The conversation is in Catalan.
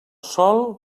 sol